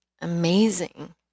amazing